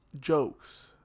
jokes